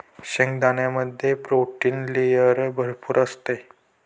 शेंगदाण्यामध्ये protein layer भरपूर असते